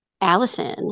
Allison